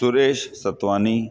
Suresh Satwani